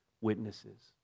witnesses